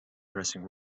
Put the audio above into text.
pressing